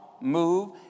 move